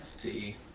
See